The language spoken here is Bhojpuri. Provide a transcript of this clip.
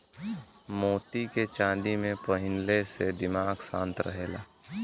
मोती के चांदी में पहिनले से दिमाग शांत रहला